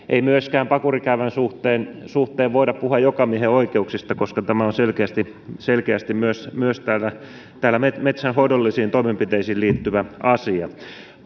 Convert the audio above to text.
ei myöskään pakurikäävän suhteen suhteen voida puhua jokamiehenoikeuksista koska tämä on selkeästi selkeästi myös myös metsänhoidollisiin toimenpiteisiin liittyvä asia